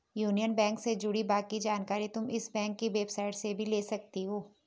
union bank से जुड़ी बाकी जानकारी तुम इस बैंक की वेबसाईट से भी ले सकती हो